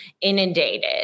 inundated